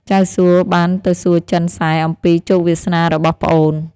ចៅសួបានទៅសួរចិនសែអំពីជោគវាសនារបស់ប្អូន។